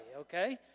Okay